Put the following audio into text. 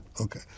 Okay